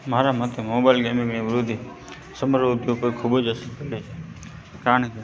મારા મતે મોબાઈલ ગેમિંગની વૃદ્ધિ સમગ્ર ઉદ્યોગ પર ખૂબ જ અસર કરી છે કારણ કે